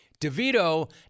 DeVito